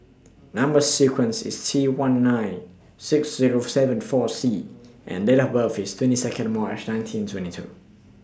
Number sequence IS T one nine six Zero seven four C and Date of birth IS twenty Second March nineteen twenty two